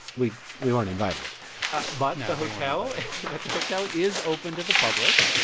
we we weren't invited ah but and the hotel but the hotel is open to the public.